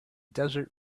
desert